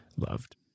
Loved